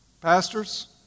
Pastors